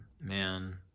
man